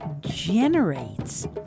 generates